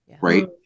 Right